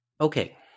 Okay